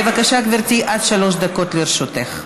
בבקשה, גברתי, עד שלוש דקות לרשותך.